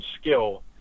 skill